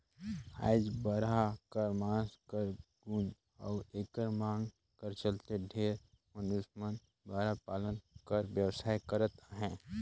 आएज बरहा कर मांस कर गुन अउ एकर मांग कर चलते ढेरे मइनसे मन बरहा पालन कर बेवसाय करत अहें